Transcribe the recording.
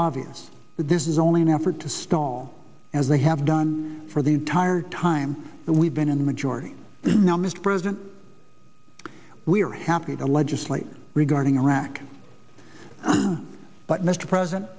obvious that this is only an effort to stall as they have done for the entire time that we've been in the majority now mr president we are happy to legislate regarding arac but mr president